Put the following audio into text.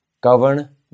govern